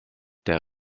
der